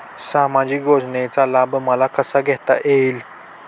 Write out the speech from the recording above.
सामाजिक योजनेचा लाभ मला कसा घेता येईल?